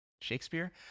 Shakespeare